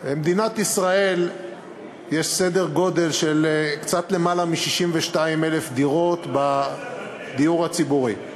במדינת ישראל יש סדר גודל של קצת למעלה מ-62,000 דירות בדיור הציבורי.